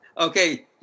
Okay